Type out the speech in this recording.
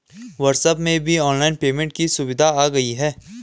WhatsApp में भी online payment की सुविधा आ गई है